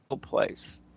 place